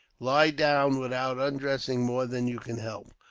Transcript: lie down without undressing more than you can help.